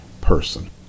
person